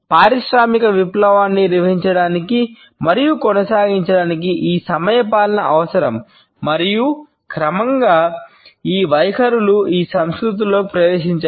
పారిశ్రామిక విప్లవాన్ని నిర్వహించడానికి మరియు కొనసాగించడానికి ఈ సమయపాలన అవసరం మరియు క్రమంగా ఈ వైఖరులు ఈ సంస్కృతులలోకి ప్రవేశించాయి